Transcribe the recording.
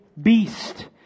beast